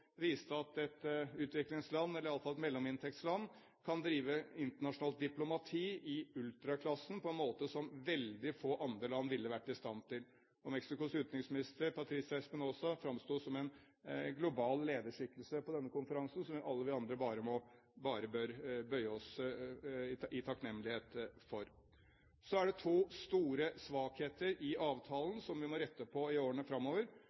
viste at et utviklingsland – eller iallfall et mellominntektsland – kan drive internasjonalt diplomati i ultraklassen på en måte som veldig få andre land ville vært i stand. Mexicos utenriksminister, Patricia Espinosa, framsto som en global lederskikkelse på denne konferansen, som alle vi andre bare bør bøye oss i takknemlighet for. Så er det to store svakheter i avtalen som vi må rette på i årene framover.